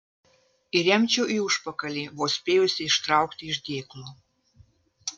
įremčiau į užpakalį vos spėjusi ištraukti iš dėklo